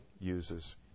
uses